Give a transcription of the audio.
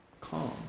calm